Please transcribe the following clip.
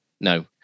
no